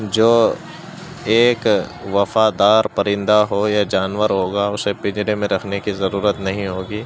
جو ایک وفادار پرندہ ہو یا جانور ہوگا اسے پنجرے میں رکھنے کی ضرورت نہیں ہوگی